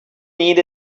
need